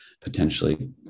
potentially